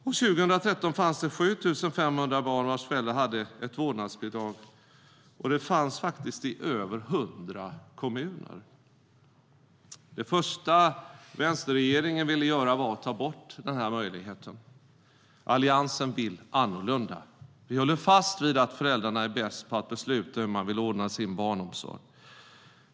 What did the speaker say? År 2013 fanns det 7 500 barn vars föräldrar hade ett vårdnadsbidrag, och det fanns faktiskt i över hundra kommuner. Det första vänsterregeringen ville göra var att ta bort denna möjlighet. Alliansen vill annorlunda. Vi håller fast vid att föräldrarna är bäst på att besluta hur de vill ordna sin barnomsorg.